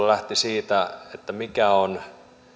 lähti siitä mikä on